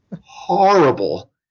horrible